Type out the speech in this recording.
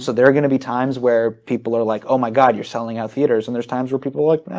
so there are going to be times where people are like, oh my god, you're selling out theatres and there's times where people are like,